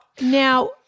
now